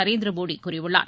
நரேந்திர மோடி கூறியுள்ளார்